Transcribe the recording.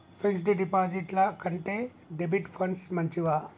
Fix డ్ డిపాజిట్ల కంటే డెబిట్ ఫండ్స్ మంచివా?